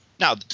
Now